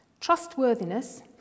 trustworthiness